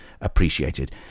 appreciated